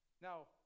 Now